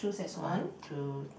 one two